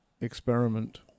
Experiment